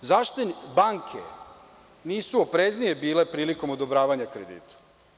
Zašto banke nisu opreznije bile prilikom odobravanja kredita?